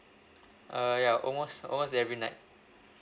uh ya almost almost every night